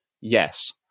yes